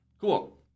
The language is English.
Cool